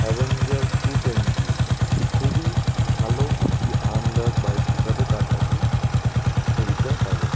Avenger two twenty খুবই ভালো একটি আরামদায়ক বাইক হিসাবে তার কাছে পরিচয় পাবে